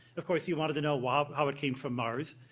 of course, he wanted to know why how it came from mars.